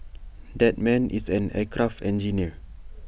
that man is an aircraft engineer